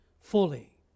fully